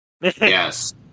Yes